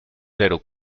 zero